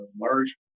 large